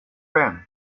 band